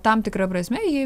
tam tikra prasme ji